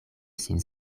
sin